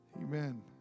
Amen